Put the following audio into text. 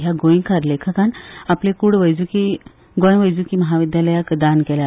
ह्या गोंयकार लेखकान आपली कूड गोंय वैजकी म्हाविद्यालयाक दान केल्या